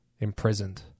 imprisoned